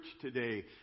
today